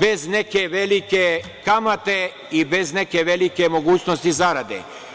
bez neke velike kamate i bez neke velike mogućnosti zarade.